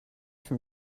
from